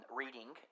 reading